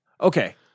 Okay